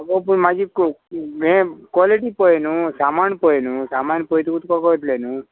आगो पूण म्हाजी हे क्वॉलिटी पळय न्हू सामान पळय न्हू सामान पळयतगी तुका कळटलें न्हू